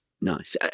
Nice